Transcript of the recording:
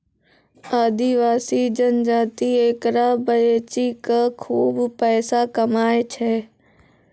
आदिवासी जनजाति एकरा बेची कॅ खूब पैसा कमाय छै